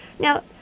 Now